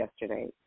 yesterday